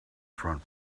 front